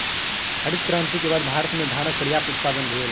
हरित क्रांति के बाद भारत में धानक पर्यात उत्पादन भेल